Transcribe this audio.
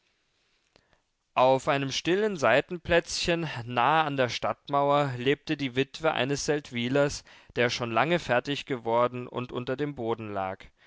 auf einem stillen seitenplätzchen nahe an der stadtmauer lebte die witwe eines seldwylers der schon lange fertig geworden und unter dem boden lag